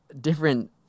different